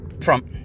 Trump